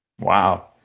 wow